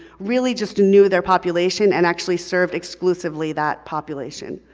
really just knew their population and actually served exclusively that population.